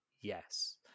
Yes